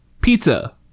pizza